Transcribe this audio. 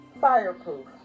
fireproof